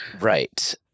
right